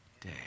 day